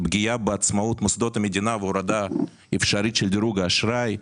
פגיעה מעצמאות של מוסדות המדינה והורדה אפשרית של דירוג האשראי,